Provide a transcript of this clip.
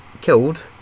killed